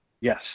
Yes